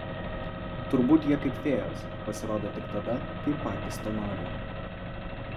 turbūt jie kaip fėjos pasirodo tik tada kai patys to nori